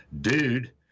dude